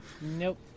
Nope